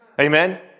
Amen